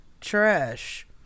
Trash